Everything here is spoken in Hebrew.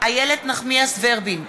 איילת נחמיאס ורבין,